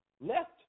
left